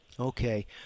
Okay